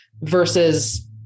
versus